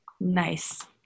Nice